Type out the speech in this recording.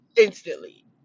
instantly